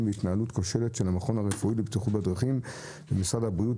והתנהלות כושלת של המכון הרפואי לבטיחות בדרכים במשרד הבריאות.